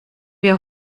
wir